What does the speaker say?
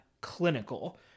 clinical